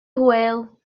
hwyl